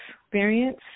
experience